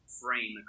frame